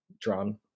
drawn